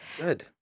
Good